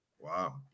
Wow